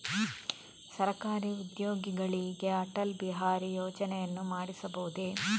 ಸರಕಾರಿ ಉದ್ಯೋಗಿಗಳಿಗೆ ಅಟಲ್ ಬಿಹಾರಿ ಯೋಜನೆಯನ್ನು ಮಾಡಿಸಬಹುದೇ?